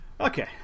Okay